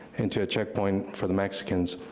into a checkpoint for the mexicans.